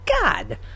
God